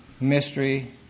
mystery